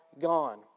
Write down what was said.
gone